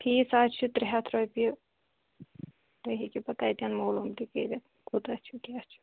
ٹھیٖک حظ چھُ ترٛےٚ ہیتھ رۅپیہِ تُہۍ ہیٚکِو پَتہٕ تَتیٚن معلوٗم تہِ کٔرِتھ کوٗتاہ چھُ کیٛاہ چھُ